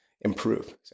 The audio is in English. improve